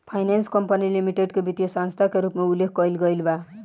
finance company limited के वित्तीय संस्था के रूप में उल्लेख कईल गईल बा